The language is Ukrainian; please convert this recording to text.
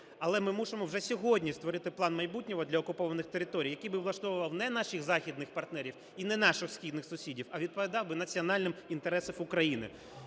Але ми мусимо вже сьогодні створити план майбутнього для окупованих територій, який би влаштовував не наших західних партнерів і не наших східних сусідів, а відповідав би національним інтересам України.